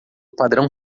padrão